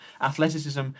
Athleticism